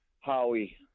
Howie